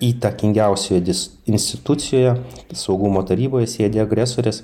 įtakingiausioje dis institucijoje saugumo taryboje sėdi agresorės